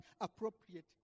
appropriate